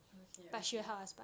okay okay